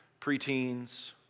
preteens